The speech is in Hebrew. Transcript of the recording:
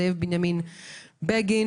זאב בנימין בגין,